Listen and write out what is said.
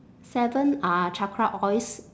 seven are chakra oils